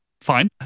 Fine